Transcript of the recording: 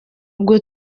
bwo